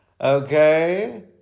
Okay